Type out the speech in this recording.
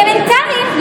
אלמנטריים,